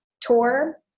tour